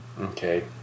Okay